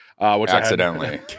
accidentally